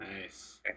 Nice